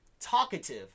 talkative